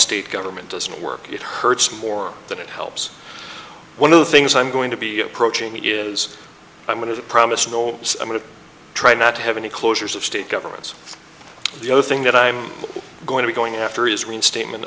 state government doesn't work it hurts more than it helps one of the things i'm going to be approaching me is i'm going to promise no i'm going to try not to have any closures of state governments the other thing that i'm going to be going after is reinstatement